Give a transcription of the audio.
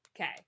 Okay